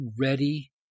ready